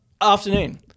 Afternoon